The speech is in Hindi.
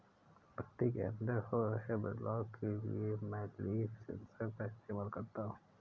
पत्ती के अंदर हो रहे बदलाव के लिए मैं लीफ सेंसर का इस्तेमाल करता हूँ